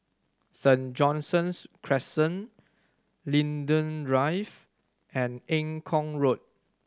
Saint John's Crescent Linden Drive and Eng Kong Road